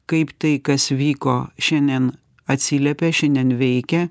kaip tai kas vyko šiandien atsiliepia šiandien veikia